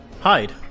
hide